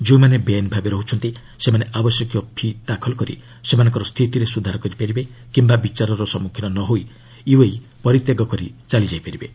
ଯେଉଁମାନେ ବେଆଇନ ଭାବେ ରହୁଛନ୍ତି ସେମାନେ ଆବଶ୍ୟକୀୟ ଫି' ଦାଖଲ କରି ସେମାନଙ୍କର ସ୍ଥିତିରେ ସୁଧାର କରିପାରିବେ କିମ୍ବା ବିଚାରର ସମ୍ମୁଖୀନ ନ ହୋଇ ୟୁଏଇ ପରିତ୍ୟାଗ କରି ଚାଲିଯାଇପାରିବେ